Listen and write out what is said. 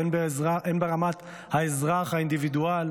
הן ברמת האזרח האינדיבידואל,